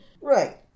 Right